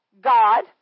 God